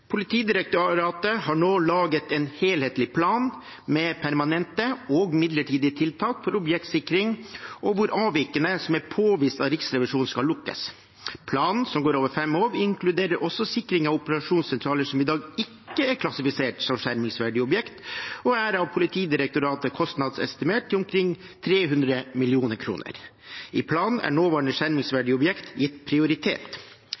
Politidirektoratet har nå laget en helhetlig plan med permanente og midlertidige tiltak for objektsikring, og hvor avvikene som er påvist av Riksrevisjonen, skal lukkes. Planen, som går over fem år, inkluderer også sikring av operasjonssentraler som i dag ikke er klassifisert som skjermingsverdige objekter, og er av Politidirektoratet kostnadsestimert til omkring 300 mill. kr. I planen er nåværende skjermingsverdige objekter gitt prioritet.